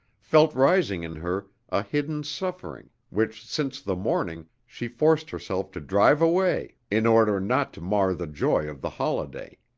felt rising in her a hidden suffering which since the morning she forced herself to drive away in order not to mar the joy of the holiday.